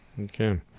Okay